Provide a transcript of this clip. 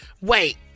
wait